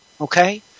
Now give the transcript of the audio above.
Okay